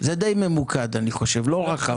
זה די ממוקד, אני חושב, לא רחב.